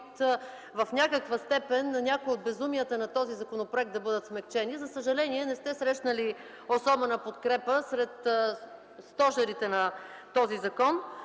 в някаква степен някои от безумията в този законопроект да бъдат смекчени. За съжаление, не сте срещнали особена подкрепа сред стожерите на този закон.